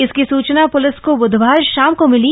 इसकी सूचना प्लिस क ब्धवार शाम क मिली